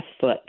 foot